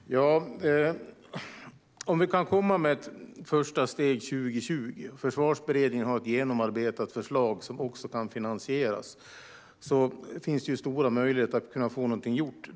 Herr talman! Om vi kan komma med ett första steg 2020 och Försvarsberedningen har ett genomarbetat förslag som också kan finansieras finns det stora möjligheter att få någonting gjort.